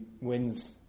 wins